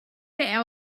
their